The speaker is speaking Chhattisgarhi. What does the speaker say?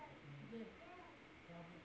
तुमन मन मोला सीबिल स्कोर के बारे म बताबो का?